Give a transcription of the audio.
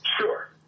Sure